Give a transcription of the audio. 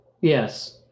yes